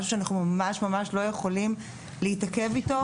זה משהו שאנחנו ממש לא יכולים להתעכב איתו,